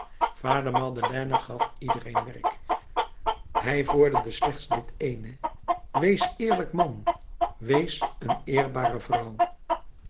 vader madeleine gaf iedereen werk hij vorderde slechts dit ééne wees eerlijk man wees een eerbare vrouw